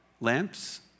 lamps